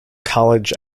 college